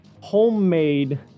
homemade